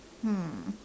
hmm